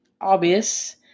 obvious